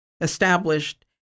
established